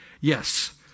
yes